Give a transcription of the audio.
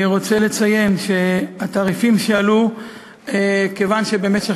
אני רוצה לציין שהתעריפים עלו כיוון שבמשך